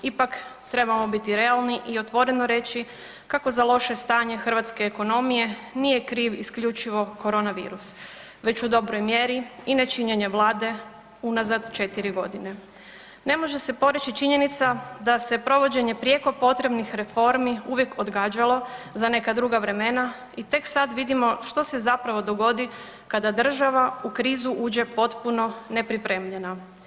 Ipak trebamo biti realni i otvoreno reći kako za loše stanje hrvatske ekonomije nije kriv isključivo korona virus već u dobroj mjeri i nečinjenje vlade unazad 4.g. Ne može se poreći činjenica da se provođenje prijeko potrebnih reformi uvijek odgađalo za neka druga vremena i tek sad vidimo što se zapravo dogodi kada država u krizu uđe potpuno nepripremljena.